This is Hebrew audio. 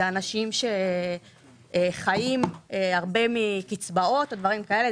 אלה אנשים שחיים הרבה מקצבאות ודברים כאלה.